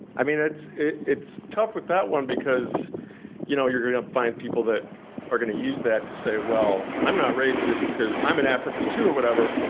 i mean it's it's tough with that one because you know you're gonna find people that are gonna use that to say well, i'm not racist because i'm an african too, or whatever.